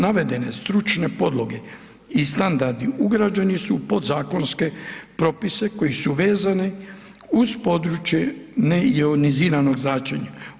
Navedene stručne podloge i standardi ugrađeni su u podzakonske propise koji su vezani uz područje neioniziranog zračenja.